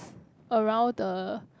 around the